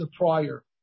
prior